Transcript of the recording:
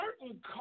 Certain